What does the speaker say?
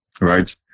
right